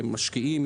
משקיעים,